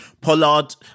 Pollard